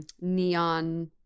neon